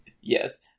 Yes